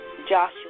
Joshua